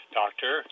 doctor